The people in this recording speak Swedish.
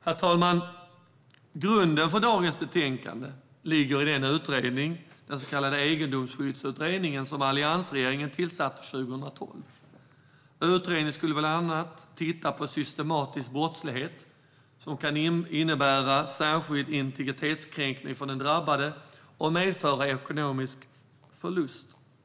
Herr talman! Grunden för dagens betänkande är en utredning som alliansregeringen tillsatte 2012, den så kallade Egendomsskyddsutredningen. I utredningen skulle man bland annat titta på systematisk brottslighet som kan innebära särskild integritetskränkning för den drabbade och medföra ekonomisk förlust.